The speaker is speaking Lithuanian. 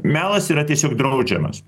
melas yra tiesiog draudžiamas